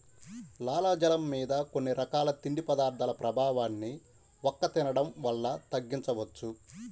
లాలాజలం మీద కొన్ని రకాల తిండి పదార్థాల ప్రభావాన్ని వక్క తినడం వల్ల తగ్గించవచ్చు